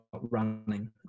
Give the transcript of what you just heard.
running